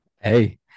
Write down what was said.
Hey